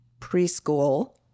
preschool